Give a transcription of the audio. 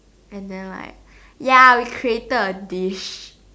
and then like ya we created a dish